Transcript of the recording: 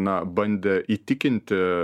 na bandė įtikinti